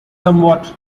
somewhat